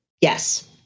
Yes